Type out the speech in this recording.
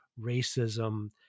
racism